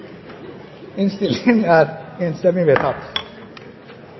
innstillingen – er